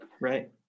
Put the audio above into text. right